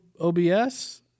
OBS